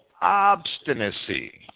obstinacy